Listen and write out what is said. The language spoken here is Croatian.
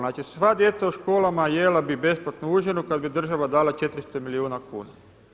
Znači sva djeca u školama jela bi besplatnu užinu kada bi država dala 400 milijuna kuna.